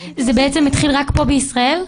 זה בעצם התחיל רק פה בישראל?